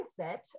mindset